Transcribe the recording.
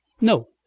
No